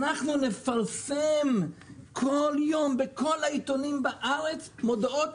אנחנו נפרסם כל יום בכל העיתונים בארץ מודעות